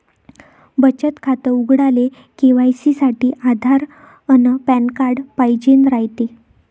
बचत खातं उघडाले के.वाय.सी साठी आधार अन पॅन कार्ड पाइजेन रायते